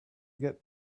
get